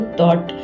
thought